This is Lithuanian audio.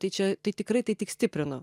tai čia tai tikrai tai tik stiprino